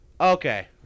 Okay